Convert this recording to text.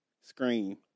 scream